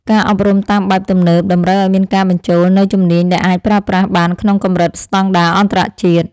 ការអប់រំតាមបែបទំនើបតម្រូវឱ្យមានការបញ្ចូលនូវជំនាញដែលអាចប្រើប្រាស់បានក្នុងកម្រិតស្តង់ដារអន្តរជាតិ។